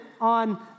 on